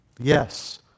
Yes